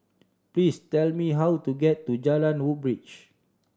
please tell me how to get to Jalan Woodbridge